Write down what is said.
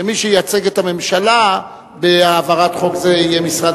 שמי שייצג את הממשלה בהעברת חוק זה יהיה משרד